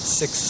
six